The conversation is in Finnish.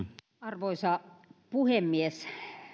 arvoisa puhemies